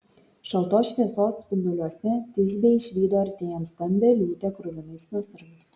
šaltos šviesos spinduliuose tisbė išvydo artėjant stambią liūtę kruvinais nasrais